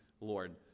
Lord